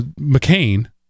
McCain